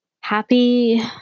happy